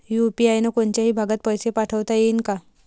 UPI न कोनच्याही भागात पैसे पाठवता येईन का?